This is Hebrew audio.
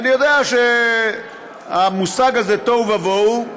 אני יודע שהמושג הזה, תוהו ובוהו,